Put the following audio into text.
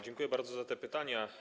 Dziękuję bardzo za te pytania.